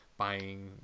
buying